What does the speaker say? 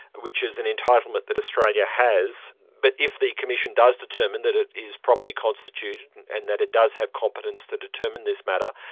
which is an entitlement that australia has. but if the commission does determine that it is properly constituted and and that it does have competence to determine this matter,